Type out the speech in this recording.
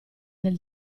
del